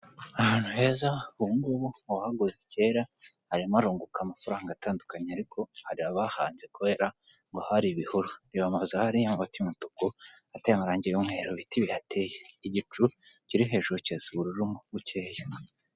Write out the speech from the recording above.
Ahantu heza, ubungubu mu uwahaguze kera arimo arunguka amafaranga atandukanye, ariko hari abahanze kubera ngo hari ibihuru, reba amabati ahari amabati y'umutuku, ateye amarangi y'umweru, ibiti bihateye, igicu kiri hejuru kirasa ubururu bukeya.